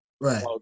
right